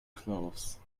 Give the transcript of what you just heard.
clothes